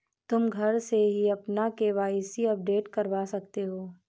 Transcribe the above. तुम घर से ही अपना के.वाई.सी अपडेट करवा सकते हो